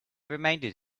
reminded